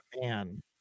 man